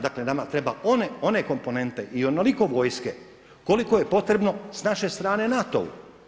Dakle nama treba one komponente i onoliko vojske koliko je potrebno s naše strane NATO-u.